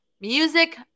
Music